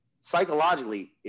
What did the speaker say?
psychologically